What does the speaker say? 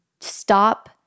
stop